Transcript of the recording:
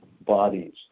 bodies